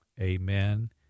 amen